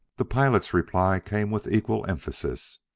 the pilot's reply came with equal emphasis.